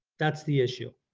that's the issue.